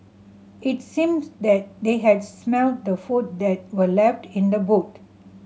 it seemed that they had smelt the food that were left in the boot